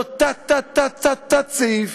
לא תת-תת-תת-תת-סעיף,